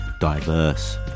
diverse